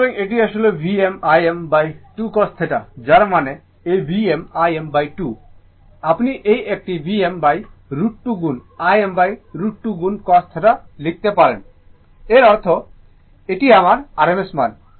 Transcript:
সুতরাং এটি আসলে Vm Im 2 cos θ যার মানে এই Vm Im 2 আপনি এই একটি Vm √ 2 গুণ Im√ 2 গুণ cos θ লিখতে পারেন এর অর্থ এটি আমার rms মান